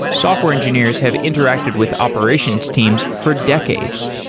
software engineers have interacted with operations teams for decades.